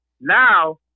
Now